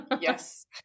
Yes